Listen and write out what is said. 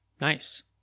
Nice